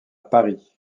paris